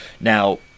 now